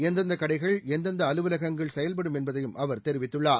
எந்தெந்த கடைகள் எந்தெந்த அலுவலகங்கள் செயல்படும் என்பதை அவர் தெரிவித்துள்ளார்